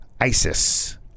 isis